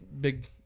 big